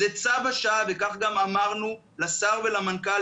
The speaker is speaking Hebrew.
זה צו השעה וכך גם אמרנו לשר ולמנכ"ל,